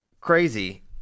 crazy